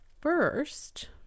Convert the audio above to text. first